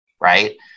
right